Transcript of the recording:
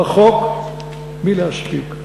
רחוק מלהספיק.